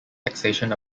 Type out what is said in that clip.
taxation